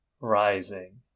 rising